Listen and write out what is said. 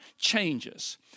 changes